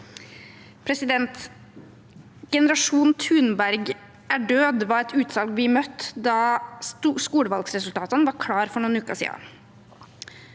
«Generasjon Thunberg er død», var et utsagn vi møtte da skolevalgresultatene var klare for noen uker siden.